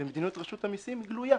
ומדיניות רשות המסים גלויה.